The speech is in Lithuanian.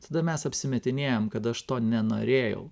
tada mes apsimetinėjam kad aš to nenorėjau